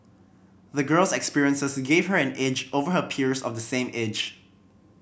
the girl's experiences gave her an edge over her peers of the same age